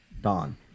Don